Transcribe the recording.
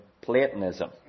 Platonism